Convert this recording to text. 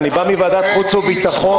אני בא מוועדת החוץ והביטחון.